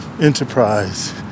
enterprise